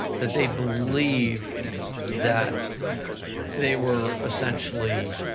that they believe that they were essentially,